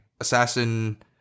assassin